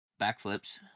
backflips